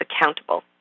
accountable